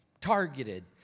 targeted